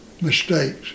mistakes